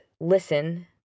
listen